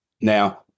Now